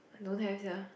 don't have sia